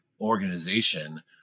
organization